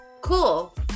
Cool